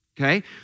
Okay